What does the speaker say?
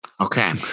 Okay